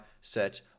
set